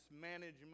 management